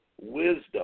wisdom